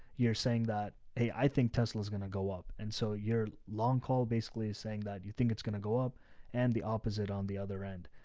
you're saying that, hey, i think tesla's going to go up. and so your long call basically is saying that you think it's going to go up and the opposite on the other end.